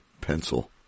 pencil